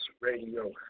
Radio